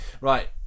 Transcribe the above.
right